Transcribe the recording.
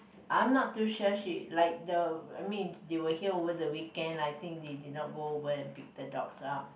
I'm not too sure she like the I mean they were here over the weekend I think they did not go over and pick the dogs up